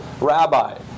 rabbi